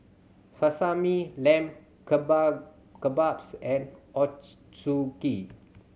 Sashimi Lamb Keba Kebabs and Ochazuke